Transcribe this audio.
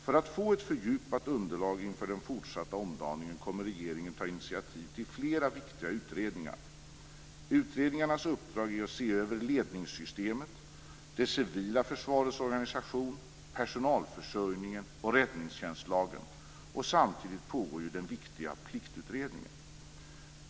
För att få ett fördjupat underlag inför den fortsatta omdaningen kommer regeringen att ta initiativ till flera viktiga utredningar. Utredningarnas uppdrag är att se över ledningssystemet, det civila försvarets organisation, personalförsörjningen och räddningstjänstlagen. Samtidigt pågår den viktiga Pliktutredningen.